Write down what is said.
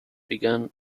began